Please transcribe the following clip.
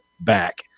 back